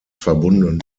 verbunden